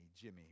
Jimmy